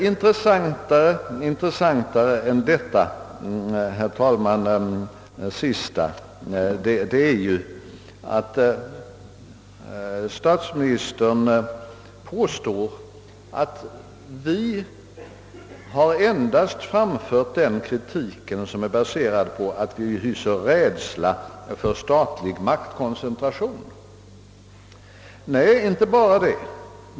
Intressantare än detta sista, herr talman, är att statsministern påstår att vi har framfört en kritik som endast är baserad på vår rädsla för statlig maktkoncentration. Nej, det är inte bara det.